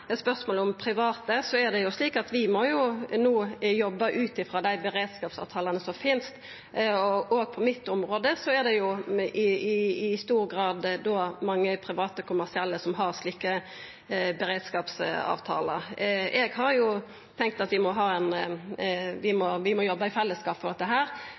spørsmålet om private, er det slik at vi no må jobba ut frå dei beredskapsavtalane som finst. På mitt område er det i stor grad mange private kommersielle som har slike beredskapsavtalar. Eg har tenkt at vi må jobba i fellesskap med dette, men det er viktig at det offentlege sjølv kan ha avtalar for det i